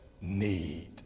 need